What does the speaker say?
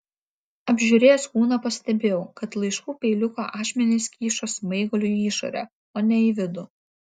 apžiūrėjęs kūną pastebėjau kad laiškų peiliuko ašmenys kyšo smaigaliu į išorę o ne į vidų